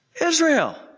Israel